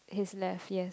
his left yes